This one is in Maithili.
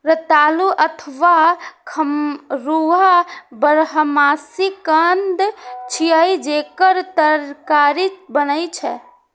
रतालू अथवा खम्हरुआ बारहमासी कंद छियै, जेकर तरकारी बनै छै